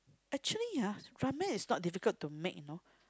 actually ah Ramen is not difficult to make you know